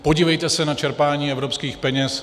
Podívejte se na čerpání evropských peněz.